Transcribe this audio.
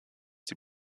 die